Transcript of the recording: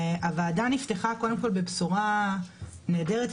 הוועדה נפתחה קודם כל בבשורה נהדרת,